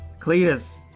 Cletus